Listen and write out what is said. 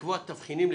קיבלתי.